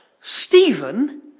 Stephen